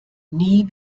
nie